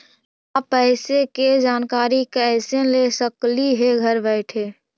जमा पैसे के जानकारी कैसे ले सकली हे घर बैठे?